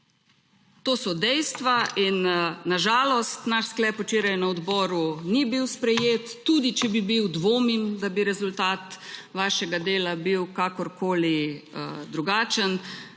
To so dejstva in na žalost naš sklep včeraj na odboru ni bil sprejet. Tudi, če bi bil, dvomim, da bi rezultat vašega dela bil kakorkoli drugačen,